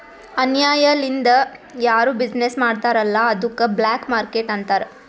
ಅನ್ಯಾಯ ಲಿಂದ್ ಯಾರು ಬಿಸಿನ್ನೆಸ್ ಮಾಡ್ತಾರ್ ಅಲ್ಲ ಅದ್ದುಕ ಬ್ಲ್ಯಾಕ್ ಮಾರ್ಕೇಟ್ ಅಂತಾರ್